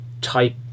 type